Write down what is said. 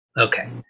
Okay